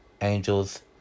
angels